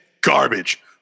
garbage